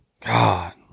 God